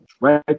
right